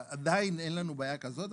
עדיין אין לנו בעיה כזאת,